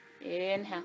Inhale